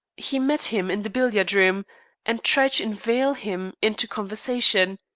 he met him in the billiard-room and tried to inveigle him into conversation.